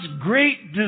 great